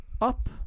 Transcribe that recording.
up